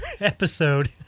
episode